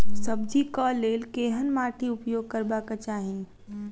सब्जी कऽ लेल केहन माटि उपयोग करबाक चाहि?